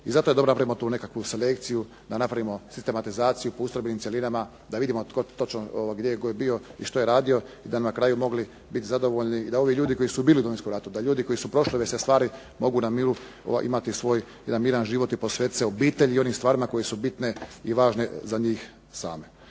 I zato je dobro da napravimo tu nekakvu selekciju, da napravimo sistematizaciju po ustrojbenim cjelinama, da vidimo tko točno, gdje je tko bio i što je radio i da bi na kraju mogli biti zadovoljni. I da ovi ljudi koji su bili u Domovinskom ratu, da ljudi koji su prošli ove sve stvari mogu na miru imati svoj jedan miran život i posvetiti se obitelji i onim stvarima koje su bitne i važne za njih same.